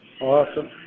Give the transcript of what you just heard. Awesome